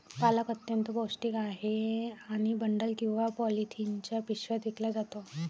पालक अत्यंत पौष्टिक आहे आणि बंडल किंवा पॉलिथिनच्या पिशव्यात विकला जातो